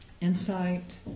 insight